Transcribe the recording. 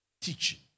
teaching